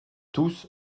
tous